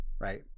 right